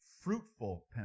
fruitful